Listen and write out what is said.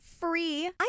free